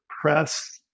press